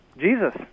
Jesus